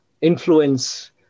influence